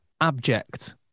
abject